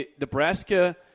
Nebraska